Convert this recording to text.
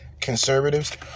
conservatives